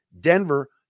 Denver